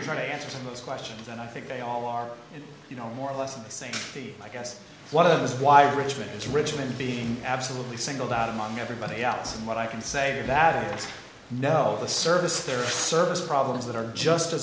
to try to answer those questions and i think they all are you know more or less the same i guess one of them is why richmond is richmond being absolutely singled out among everybody else and what i can say your battles know the service their service problems that are just a